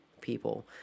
people